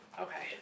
Okay